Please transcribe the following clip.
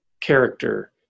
character